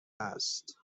است